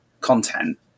content